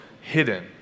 hidden